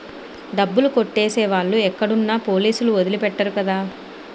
డబ్బులు కొట్టేసే వాళ్ళు ఎక్కడున్నా పోలీసులు వదిలి పెట్టరు కదా